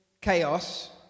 chaos